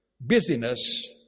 busyness